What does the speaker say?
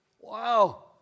Wow